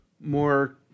more